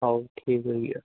हओ ठीक है भैया